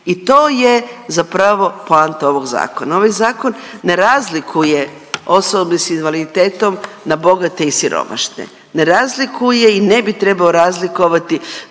I to je zapravo poanta ovog zakona, ovaj zakon ne razlikuje osobe s invaliditetom na bogate i siromašne, ne razlikuje i ne bi trebao razlikovati